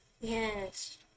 Yes